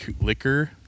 Liquor